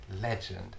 legend